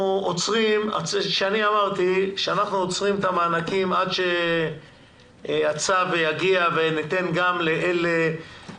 כשאני אמרתי שאנחנו עוצרים את המענקים עד שיגיע הצו וניתן גם לאלה